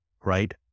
right